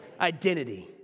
Identity